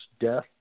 death